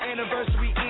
anniversary